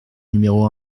numéro